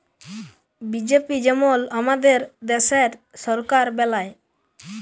BJP যেমল আমাদের দ্যাশের সরকার বেলায়